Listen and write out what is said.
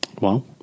Wow